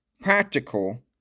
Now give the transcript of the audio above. practical